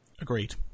Agreed